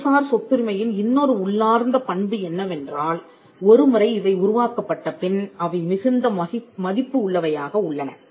அறிவுசார் சொத்துரிமையின் இன்னொரு உள்ளார்ந்த பண்பு என்னவென்றால் ஒருமுறை இவை உருவாக்கப்பட்ட பின் அவை மிகுந்த மதிப்பு உள்ளவையாக உள்ளன